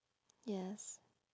yes